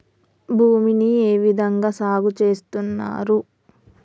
భూమిని ఏ విధంగా సాగు చేస్తున్నారు?